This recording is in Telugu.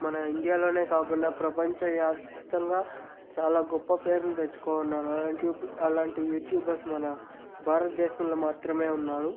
మన ఇండియాలోనే కాకుండా ప్రపంచ వ్యాప్తంగా చాలా గొప్ప పేర్లు తెచ్చుకోన్నారు అలాంటి అలాంటి యూట్యూబర్స్ మన భారతదేశంలో మాత్రమే ఉన్నారు